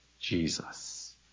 Jesus